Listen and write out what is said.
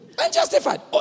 unjustified